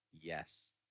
Yes